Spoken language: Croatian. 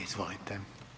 Izvolite.